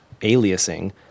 aliasing